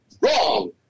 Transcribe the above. Wrong